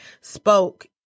spoke